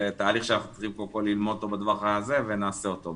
זה תהליך שאנחנו צריכים ללמוד אותו פה ונעשה אותו,